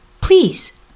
please